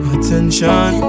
Attention